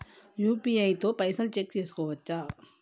UPI తో పైసల్ check చేసుకోవచ్చా?